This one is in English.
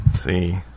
see